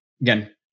again